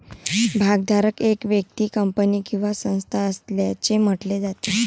भागधारक एक व्यक्ती, कंपनी किंवा संस्था असल्याचे म्हटले जाते